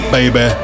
Baby